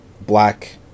black